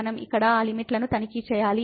మనం ఇక్కడ ఆ లిమిట్లను తనిఖీ చేయాలి